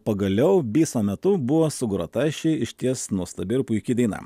pagaliau biso metu buvo sugrota ši išties nuostabi ir puiki daina